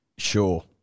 Sure